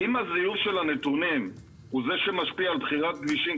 כי אם הזיהוי של הנתונים הוא זה שמשפיע על בחירת כבישים,